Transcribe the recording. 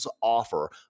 offer